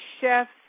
chefs